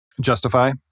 justify